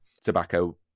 Tobacco